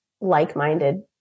like-minded